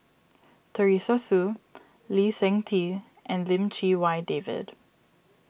Teresa Hsu Lee Seng Tee and Lim Chee Wai David